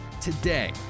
today